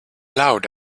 loud